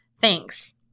Thanks